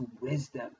wisdom